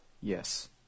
yes